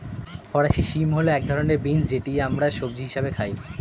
ফরাসি শিম হল এক ধরনের বিন্স যেটি আমরা সবজি হিসেবে খাই